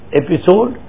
episode